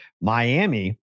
Miami